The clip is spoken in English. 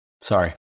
Sorry